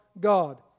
God